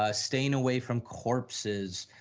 ah staying away from corpses,